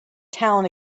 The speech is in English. town